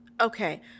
okay